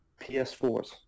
PS4s